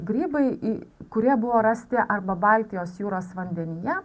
grybai į kurie buvo rasti arba baltijos jūros vandenyje